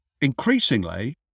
Increasingly